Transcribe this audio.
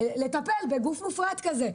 לטפל בגוף מופרט כזה.